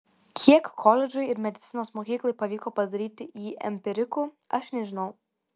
kiek koledžui ir medicinos mokyklai pavyko padaryti jį empiriku aš nežinau